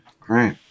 Great